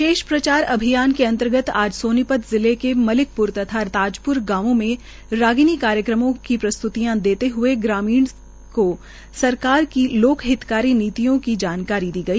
विशेषकर प्रचार अभियान के अंतर्गत आज सोनीपत जिले के मलिकप्र तथा ताजप्र गांवों में रागिणी कार्यक्रमों की प्रस्ततियां देते हुए ग्रामीण को सरकार की लोक हितकारी नीतियों की जानकारी दी गई